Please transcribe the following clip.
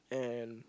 and